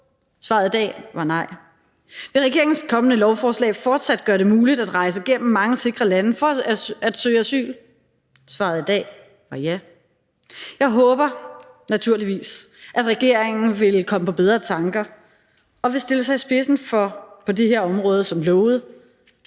Svaret i dag var nej. Vil regeringens kommende lovforslag fortsat gøre det muligt at rejse igennem mange sikre lande for at søge asyl? Svaret i dag var ja. Jeg håber naturligvis, at regeringen vil komme på bedre tanker og som lovet på det her område vil stille